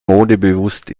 modebewusst